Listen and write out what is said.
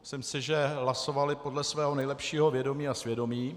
Myslím si, že hlasovali podle svého nejlepšího vědomí a svědomí.